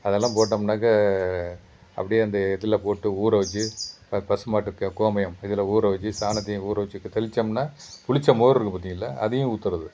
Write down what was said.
அதெல்லாம் போட்டோம்னாக்கா அப்படியே இந்த இதில் போட்டு ஊற வெச்சு பசு மாட்டுக்கு கோமியம் இதில் ஊற வெச்சு சாணத்தையும் ஊற வெச்சு தெளித்தோம்னா புளித்த மோர் இருக்குது பார்த்தீங்களா அதையும் ஊத்துறது